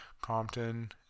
Compton